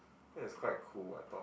that is quite cool I thought